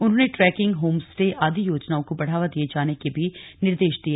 उन्होंने trekking homestay आदि योजनाओं को बढ़ावा दिए जाने के भी निर्देश दिए